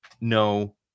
no